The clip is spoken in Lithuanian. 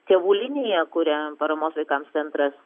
tėvų liniją kuria paramos vaikams centras